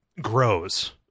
grows